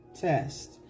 test